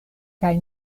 kaj